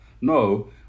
No